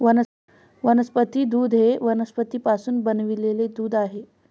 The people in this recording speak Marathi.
वनस्पती दूध हे वनस्पतींपासून बनविलेले दूध आहे